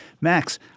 Max